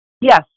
Yes